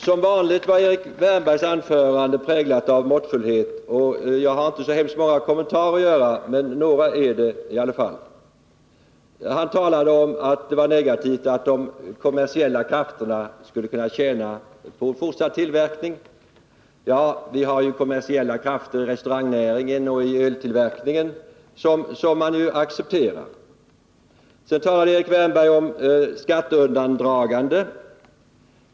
Som vanligt var Erik Wärnbergs anförande präglat av måttfullhet, och jag har inte så många kommentarer att göra men vill anföra några i alla fall. Han talade om att det var negativt att de kommersiella krafterna skulle kunna tjäna på fortsatt tillverkning. Ja, vi har kommersiella krafter i restaurangnäringen och i öltillverkningen som man ju accepterar. Sedan talade Erik Wärnberg om skatteundandragande.